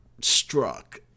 struck